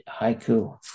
haiku